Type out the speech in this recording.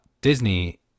Disney